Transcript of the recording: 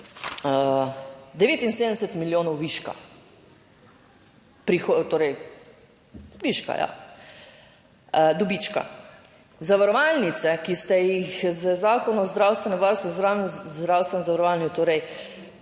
79 milijonov viška torej viška, ja, dobička. Zavarovalnice, ki ste jih z Zakonom o zdravstvenem varstvu in zdravstvenem zavarovanju torej,